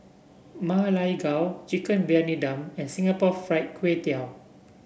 Ma Lai Gao Chicken Briyani Dum and Singapore Fried Kway Tiao